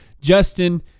Justin